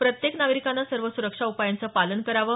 प्रत्येक नागरिकाने सर्व सुरक्षा उपायांचं पालन करावं